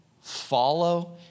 follow